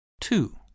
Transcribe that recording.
two